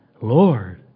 Lord